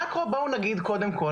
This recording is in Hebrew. מאקרו, בואו נגיד קודם כל